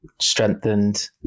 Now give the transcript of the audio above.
strengthened